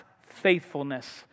faithfulness